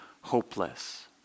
hopeless